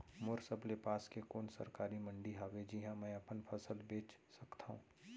मोर सबले पास के कोन सरकारी मंडी हावे जिहां मैं अपन फसल बेच सकथव?